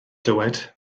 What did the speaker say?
dywed